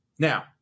Now